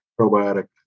probiotic